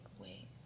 Wait